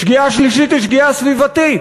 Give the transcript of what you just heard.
שגיאה שלישית היא שגיאה סביבתית,